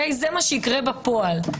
זה מה שיקרה בפועל.